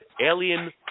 Alien